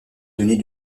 donner